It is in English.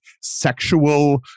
sexual